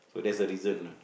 so that's the reason lah